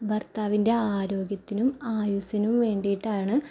ഭർത്താവിൻ്റെ ആരോഗ്യത്തിനും ആയുസ്സിനും വേണ്ടിയിട്ടാണ്